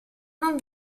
non